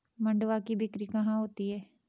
मंडुआ की बिक्री कहाँ होती है?